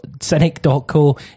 cynic.co